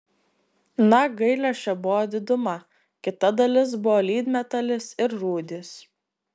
na gailesčio buvo diduma kita dalis buvo lydmetalis ir rūdys